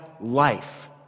life